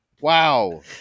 wow